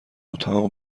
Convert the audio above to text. اتاق